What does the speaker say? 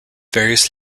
various